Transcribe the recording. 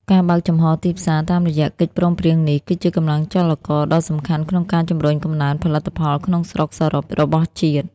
ការបើកចំហទីផ្សារតាមរយៈកិច្ចព្រមព្រៀងនេះ គឺជាកម្លាំងចលករដ៏សំខាន់ក្នុងការជំរុញកំណើនផលិតផលក្នុងស្រុកសរុបរបស់ជាតិ។